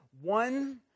One